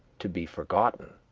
to be forgotten.